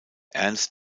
ernst